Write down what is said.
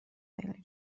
خیلی